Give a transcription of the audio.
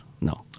no